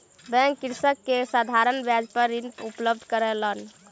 bank कृषक के साधारण ब्याज पर ऋण उपलब्ध करौलक